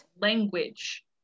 language